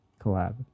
collab